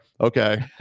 okay